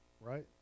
right